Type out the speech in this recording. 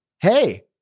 hey